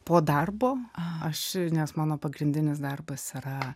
po darbo aš nes mano pagrindinis darbas yra